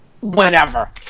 whenever